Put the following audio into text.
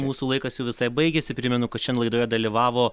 mūsų laikas jau visai baigėsi primenu kad šian laidoje dalyvavo